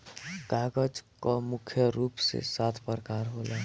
कागज कअ मुख्य रूप से सात प्रकार होला